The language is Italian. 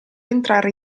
entrare